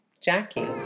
Jackie